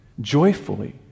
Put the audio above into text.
joyfully